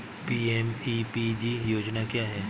PMEPG योजना क्या है?